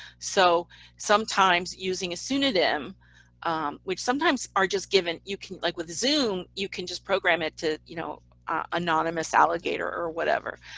so sometimes using a pseudonym which sometimes are just given, you can like with zoom, you can just program it to you know anonymous alligator or whatever.